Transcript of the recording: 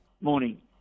Morning